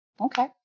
Okay